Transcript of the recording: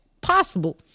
possible